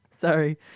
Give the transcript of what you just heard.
Sorry